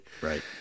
Right